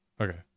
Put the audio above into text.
okay